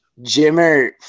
Jimmer